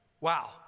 Wow